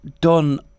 done